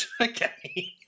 Okay